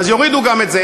אז יורידו גם את זה.